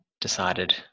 decided